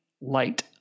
light